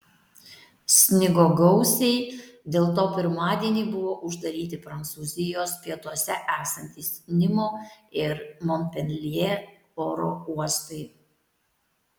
snigo gausiai dėl to pirmadienį buvo uždaryti prancūzijos pietuose esantys nimo ir monpeljė oro uostai